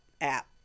app